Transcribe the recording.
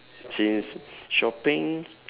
since shopping